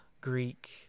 Greek